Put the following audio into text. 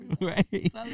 Right